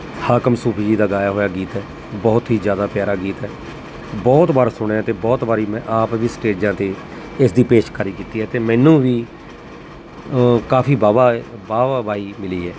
ਹਾਕਮ ਸੂਫੀ ਜੀ ਦਾ ਗਾਇਆ ਹੋਇਆ ਗੀਤ ਹੈ ਬਹੁਤ ਹੀ ਜ਼ਿਆਦਾ ਪਿਆਰਾ ਗੀਤ ਬਹੁਤ ਵਾਰ ਸੁਣਿਆ ਅਤੇ ਬਹੁਤ ਵਾਰੀ ਮੈਂ ਆਪ ਵੀ ਸਟੇਜਾਂ 'ਤੇ ਇਸ ਦੀ ਪੇਸ਼ਕਾਰੀ ਕੀਤੀ ਹੈ ਅਤੇ ਮੈਨੂੰ ਵੀ ਕਾਫੀ ਵਾਹ ਵਾਹ ਵਾਹ ਵਾਹ ਵਾਈ ਮਿਲੀ ਹੈ